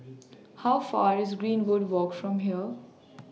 How Far away IS Greenwood Walk from here